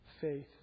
Faith